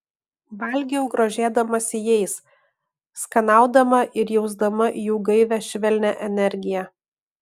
valgiau grožėdamasi jais skanaudama ir jausdama jų gaivią švelnią energiją